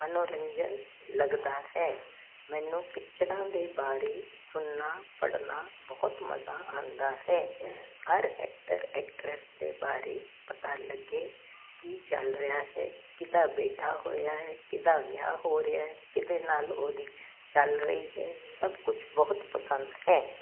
ਮੰਨੋਰੰਜਨ ਲੱਗਦਾ ਹੈ ਮੈਨੂੰ ਪਿਕਚਰਾਂ ਦੇ ਬਾਰੇ ਸੁਣਨਾ ਪੜਨਾ ਬਹੁਤ ਮਜ਼ਾ ਆਉਂਦਾ ਹੈ ਹਰ ਐਕਟਰ ਐਕਟਰੈਸ ਦੇ ਬਾਰੇ ਪਤਾ ਲੱਗੇ ਕੀ ਚੱਲ ਰਿਹਾ ਹੈ ਕਿਹਦਾ ਬੇਟਾ ਹੋਇਆ ਹੈ ਕਿਹਦਾ ਵਿਆਹ ਹੋ ਰਿਹਾ ਕਿਹਦੇ ਨਾਲੋਂ ਉਹਦੀ ਚੱਲ ਰਹੀ ਹੈ ਸਭ ਕੁਝ ਬਹੁਤ ਪਸੰਦ ਹੈ